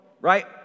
right